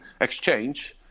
exchange